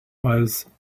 was